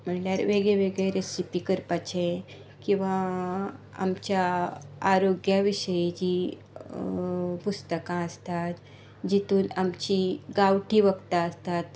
म्हणल्यार वेगवेगळे रेसिपी करपाचें किंवा आमच्या आरोग्या विशयींची पुस्तकां आसतात जातून आमचीं गांवठी वखदां आसतात